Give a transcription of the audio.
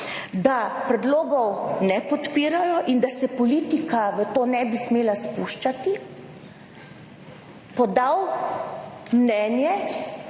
da predlogov ne podpirajo in da se politika v to ne bi smela spuščati, podal mnenje